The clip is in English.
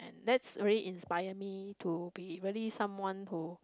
that's really inspire me to be really someone who